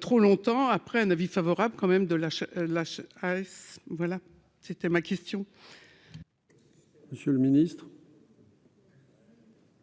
trop longtemps, après un avis favorable quand même de la la AS voilà c'était ma question. Monsieur le Ministre.